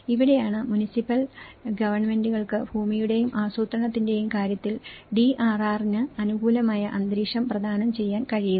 ഇവിടെയാണ് മുനിസിപ്പൽ ഗവൺമെന്റുകൾക്ക് ഭൂമിയുടെയും ആസൂത്രണത്തിന്റെയും കാര്യത്തിൽ DRR ന് അനുകൂലമായ അന്തരീക്ഷം പ്രദാനം ചെയ്യാൻ കഴിയുക